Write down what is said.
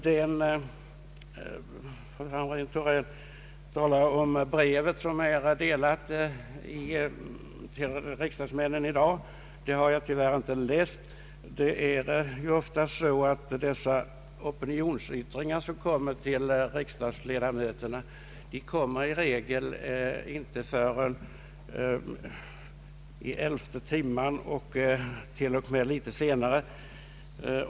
Fru Hamrin-Thorell talar om det brev som har utdelats till riksdagsmännen i dag. Det har jag tyvärr inte läst. Tyvärr kommer sådana opinionsyttringar till riksdagsledamöterna som regel i elfte timmen, till och med senare.